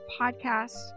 podcast